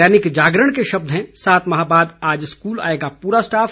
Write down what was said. दैनिक जागरण के शब्द हैं सात माह बाद आज स्कूल आएगा पूरा स्टाफ